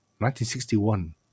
1961